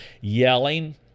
yelling